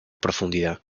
profundidad